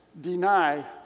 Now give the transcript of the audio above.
deny